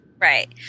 Right